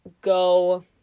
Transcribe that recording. go